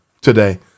today